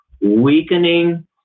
weakening